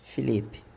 Felipe